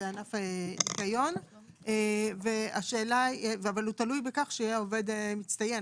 וענף הניקיון אבל הוא תלוי בכך שהעובד מצטיין.